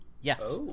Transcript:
Yes